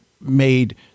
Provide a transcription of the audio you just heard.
made